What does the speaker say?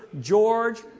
George